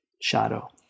shadow